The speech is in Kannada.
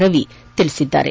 ರವಿ ತಿಳಿಸಿದ್ದಾರೆ